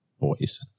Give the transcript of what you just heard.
boys